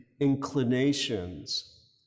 inclinations